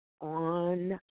on